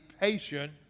patient